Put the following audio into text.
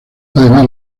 además